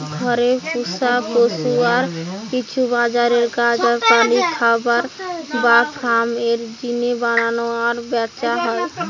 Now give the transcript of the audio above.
ঘরে পুশা পশু আর কিছু বাজারের গাছ আর প্রাণী খামার বা ফার্ম এর জিনে বানানা আর ব্যাচা হয়